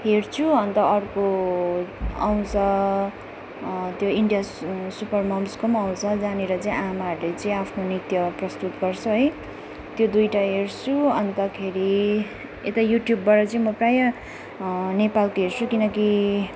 हेर्छु अन्त अर्को आउँछ त्यो इन्डियाज सुपर मम्सको पनि आउँछ जहाँनिर चाहिँ आमाहरूले चाहिँ आफ्नो नृत्य प्रस्तुत गर्छ है त्यो दुइटा हेर्छु अन्तखेरि यता युट्युबबाट चाहिँ म प्रायः नेपालको हेर्छु किनकि